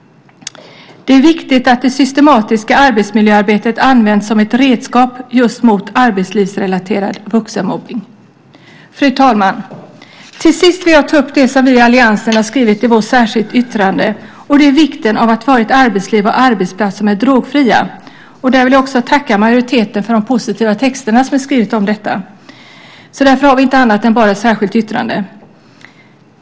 Det är viktigt att det systematiska arbetsmiljöarbetet används som ett redskap mot just arbetslivsrelaterad vuxenmobbning. Fru talman! Till sist vill jag ta upp det som vi i alliansen har skrivit i vårt särskilda yttrande. Det handlar om vikten av att vi har ett arbetsliv och arbetsplatser som är drogfria. Här vill jag också tacka majoriteten för de positiva skrivningar vi fått om detta. Det är därför vi inte har något annat än bara ett särskilt yttrande.